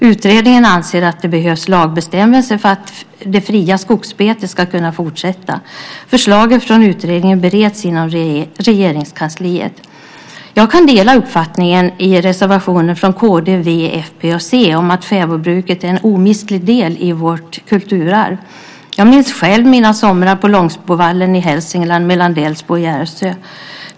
Utredningen anser att det behövs lagbestämmelser för att det fria skogsbetet ska kunna fortsätta. Förslagen från utredningen bereds inom Regeringskansliet. Jag kan dela uppfattningen i reservationen från Kristdemokraterna, Vänsterpartiet, Folkpartiet och Centerpartiet om att fäbodbruket är en omistlig del i vårt kulturarv. Jag minns själv mina somrar på Långsbovallen i Hälsingland mellan Delsbo och Järvsö.